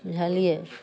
बुझलियै